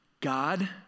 God